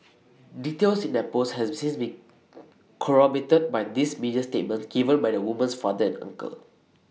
details in that post has since been corroborated by these media statements given by the woman's father and uncle